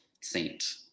saint